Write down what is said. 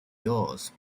yours